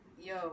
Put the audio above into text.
yo